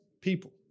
people